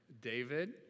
David